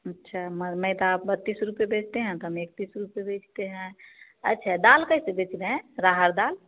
अच्छा मैदा आप बत्तीस रुपये बेचते हैं तो हम इकत्तीस रुपये बेचते हैं अच्छा दाल कैसे बेच रहें है अरहर दाल